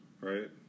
right